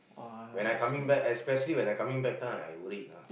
when I coming back especially when I coming back time I worried ah